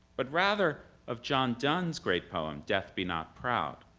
but rather of john donne's great poem, death be not proud,